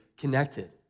connected